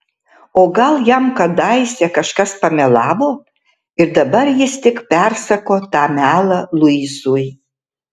o gal jam kadaise kažkas pamelavo ir dabar jis tik persako tą melą luisui